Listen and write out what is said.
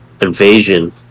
invasion